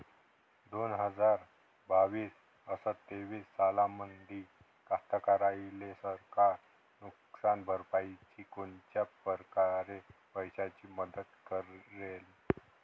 दोन हजार बावीस अस तेवीस सालामंदी कास्तकाराइले सरकार नुकसान भरपाईची कोनच्या परकारे पैशाची मदत करेन?